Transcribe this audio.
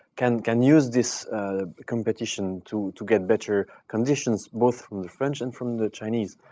can can use this competition to to get better conditions, both from the french and from the chinese.